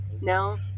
no